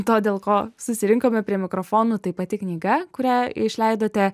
to dėl ko susirinkome prie mikrofonų tai pati knyga kurią išleidote